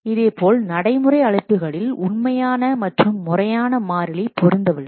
இதேபோல் நடைமுறை அழைப்புகளில் உண்மையான மற்றும் முறையான மாறிலி பொருந்தவில்லை